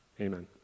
Amen